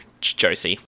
Josie